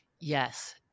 Yes